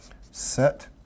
Set